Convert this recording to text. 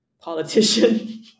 politician